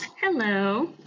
Hello